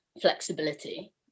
flexibility